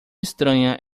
estranha